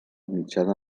mitjana